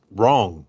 wrong